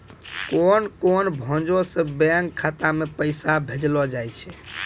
कोन कोन भांजो से बैंक खाता मे पैसा भेजलो जाय छै?